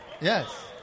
Yes